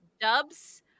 dubs